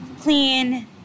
clean